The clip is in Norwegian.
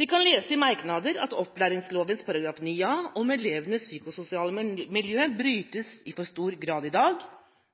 Vi kan lese i merknader at opplæringsloven § 9a om elevenes psykososiale miljø brytes i for stor grad i dag,